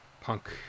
punk